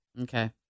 Okay